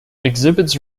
exhibits